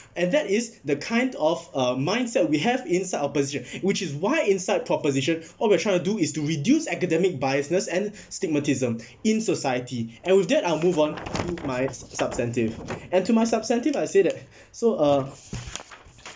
and that is the kind of uh mindset we have in side opposition which is why in side proposition all we are trying to do is to reduce academic biasness and stigmatism in society and with that I'll move on to my sub~ substantive and to my substantive I say that so uh